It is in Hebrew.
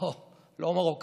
לא, לא מרוקאי